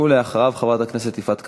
אחריו, חברת הכנסת יפעת קריב.